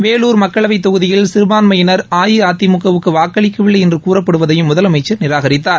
வேலூர் மக்களவைத் தொகுதியில் சிறுபான்மையினர் அஇஅதிமுக வுக்கு வாக்களிக்கவில்லை என்று கூறப்படுவதையும் முதலமைச்சர் நிராகரித்தார்